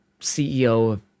ceo